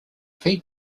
feed